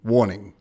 Warning